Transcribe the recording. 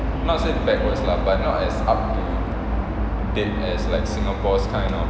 not say backwards lah but not as up to date as like singapore's kind of